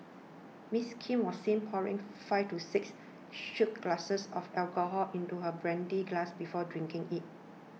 Miss Kim was seen pouring five to six shot glasses of alcohol into her brandy glass before drinking it